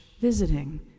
visiting